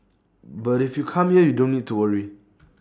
but if you come here you don't need to worry